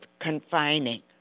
confining